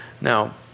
Now